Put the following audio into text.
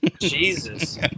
Jesus